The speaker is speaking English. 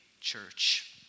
church